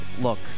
look